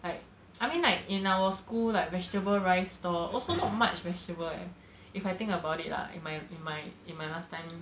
like I mean like in our school like vegetable rice stall also not much vegetable eh if I think about it lah in my in my in my last time